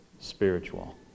spiritual